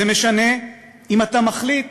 זה משנה אם אתה מחליט